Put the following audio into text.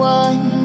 one